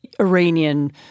Iranian